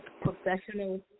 professional